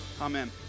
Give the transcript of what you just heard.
Amen